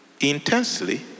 intensely